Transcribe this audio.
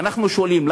ואנחנו שואלים,